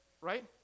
right